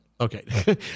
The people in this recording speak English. Okay